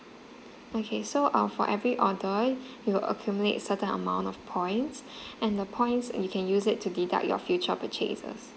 okay so uh for every order you will accumulate certain amount of points and the points you can use it to deduct your future purchases